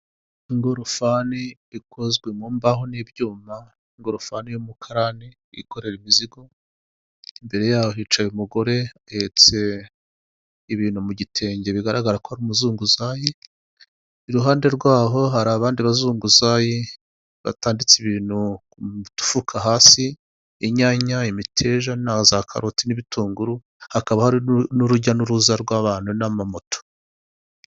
Ingorofani ikozwe mu mbaho n'ibyuma ingorofani y'umukarani yikorera imizigo imbere yaho hicaye umugore uhetse ibintu mu gitenge bigaragara ko ari umuzunguzayi iruhande rwabo hari abandi bazunguzayi batanditse ibintu ku mufuka hasi inyanya imiteja na za karoti n'ibitunguru hakaba hari n'urujya n'uruza rw'abantu n'amamoto.